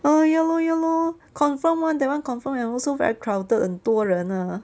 oh ya lor ya lor confirm [one] that [one] confirm that [one] also very crowded 很多人 uh